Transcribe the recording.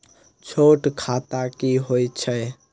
छोट खाता की होइत अछि